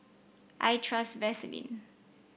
I trust Vaselin